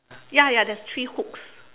ya ya there's three hooks